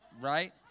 right